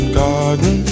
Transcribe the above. garden